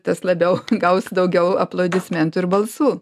tas labiau gaus daugiau aplodismentų ir balsų